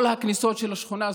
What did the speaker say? כל הכניסות של השכונה סגורות,